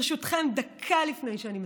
ברשותכם, דקה לפני שאני מסיימת,